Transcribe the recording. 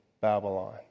Babylon